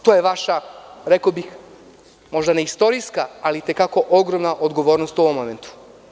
To je vaša, rekao bih, ne istorijska, ali jako ogromna odgovornost u ovom momentu.